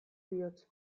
bihotz